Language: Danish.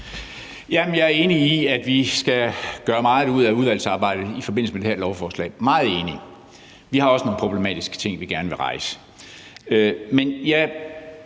Jeg er enig i, at vi skal gøre meget ud af udvalgsarbejdet i forbindelse med det her lovforslag – meget enig. Vi har også nogle problematiske ting, vi gerne vil rejse.